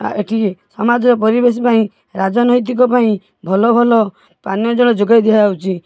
ଏଠି ସମାଜ ପରିବେଶ ପାଇଁ ରାଜନୈତିକ ପାଇଁ ଭଲ ଭଲ ପାନୀୟ ଜଳ ଯୋଗାଇ ଦିଆହେଉଛି